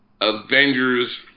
Avengers